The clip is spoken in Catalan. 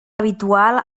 habitual